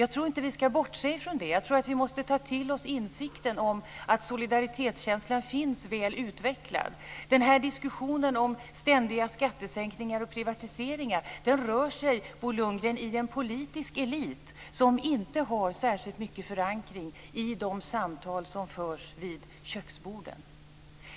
Jag tror inte att vi ska bortse från det. Jag tror att vi måste ta till oss insikten om att solidaritetskänslan finns väl utvecklad. Den här diskussionen om ständiga skattesänkningar och privatiseringar rör sig, Bo Lundgren i en politisk elit som inte har särskilt mycket förankring i de samtal som förs vid köksborden.